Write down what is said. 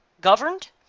governed